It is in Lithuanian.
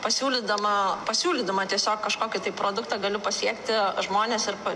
pasiūlydama pasiūlydama tiesiog kažkokį tai produktą galiu pasiekti žmones ir pa